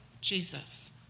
Jesus